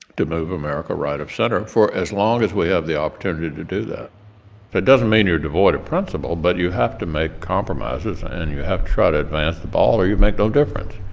to move america right of center for as long as we have the opportunity to do that. that doesn't mean you're devoid of principle, but you have to make compromises, and you have to try to advance the ball, or you make no difference